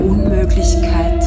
Unmöglichkeit